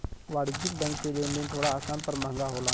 वाणिज्यिक बैंक से लेन देन थोड़ा आसान पर महंगा होला